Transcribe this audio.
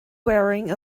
wearing